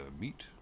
meet